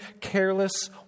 careless